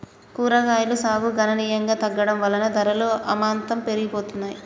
కూరగాయలు సాగు గణనీయంగా తగ్గడం వలన ధరలు అమాంతం పెరిగిపోతున్నాయి